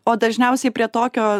o dažniausiai prie tokio